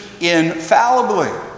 infallibly